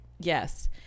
Yes